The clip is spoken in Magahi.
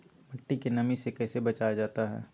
मट्टी के नमी से कैसे बचाया जाता हैं?